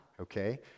okay